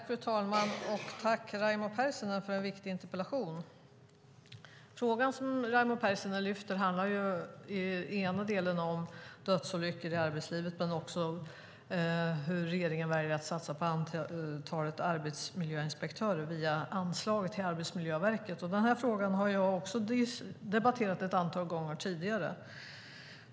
Fru talman! Tack, Raimo Pärssinen, för en viktig interpellation! Frågan som Raimo Pärssinen lyfter fram handlar om dödsolyckor i arbetslivet men också om hur regeringen väljer att satsa på antalet arbetsmiljöinspektörer via anslag till Arbetsmiljöverket. Den här frågan har jag debatterat ett antal gånger tidigare.